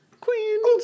Queens